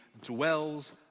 dwells